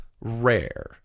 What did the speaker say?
rare